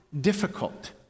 difficult